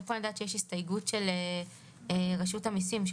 פה אני יודעת שיש הסתייגות של רשות המיסים.